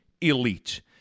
elite